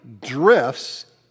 drifts